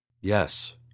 Yes